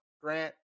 Grant